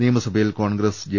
നിയമസഭയിൽ Congress J